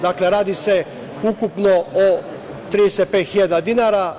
Dakle, radi se ukupno o 35.000 dinara.